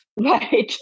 Right